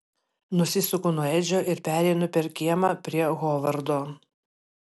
nusisuku nuo edžio ir pereinu per kiemą prie hovardo